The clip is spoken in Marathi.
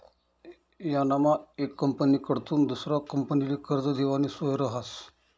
यानामा येक कंपनीकडथून दुसरा कंपनीले कर्ज देवानी सोय रहास